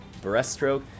breaststroke